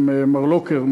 עם מר לוקר,